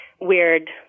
weird